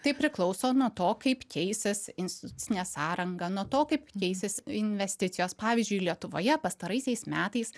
tai priklauso nuo to kaip keisis institucinė sąranga nuo to kaip keisis investicijos pavyzdžiui lietuvoje pastaraisiais metais